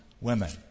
women